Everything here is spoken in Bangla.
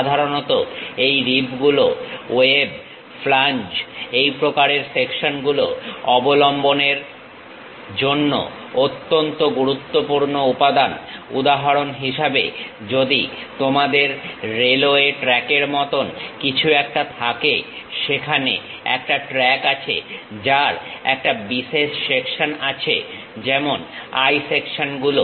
সাধারণত এই রিবগুলো ওয়েব ফ্লাঞ্জ এই প্রকারের সেকশনগুলো অবলম্বনের জন্য অত্যন্ত গুরুত্বপূর্ণ উপাদান উদাহরণ হিসেবে যদি তোমাদের রেলওয়ে ট্র্যাক এর মতন একটা কিছু থাকে সেখানে একটা ট্র্যাক আছে যার একটা বিশেষ সেকশন আছে যেমন আই সেকশন গুলো